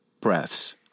breaths